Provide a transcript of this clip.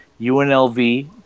UNLV